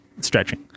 Stretching